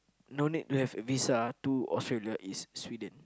no need to have visa to Australia is Sweden